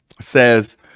says